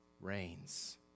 reigns